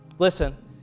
Listen